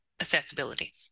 accessibility